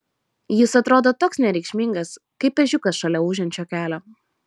jis atrodo toks nereikšmingas kaip ežiukas šalia ūžiančio kelio